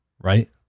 right